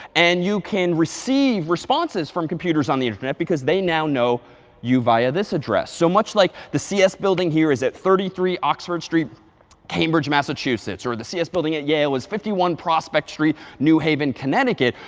and you can receive responses from computers on the internet, because they now know you via this address. so much like the cs building here is that thirty three oxford street cambridge, massachusetts, or the cs building at yale was fifty one prospect street, new haven, connecticut,